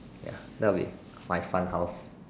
ya that will be my fun house